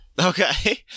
Okay